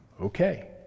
okay